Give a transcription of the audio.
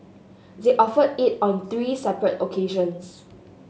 they offered it on three separate occasions